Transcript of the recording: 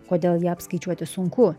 kodėl ją apskaičiuoti sunku